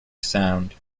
sound